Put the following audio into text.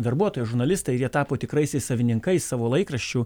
darbuotojai žurnalistai ir jie tapo tikraisiais savininkais savo laikraščių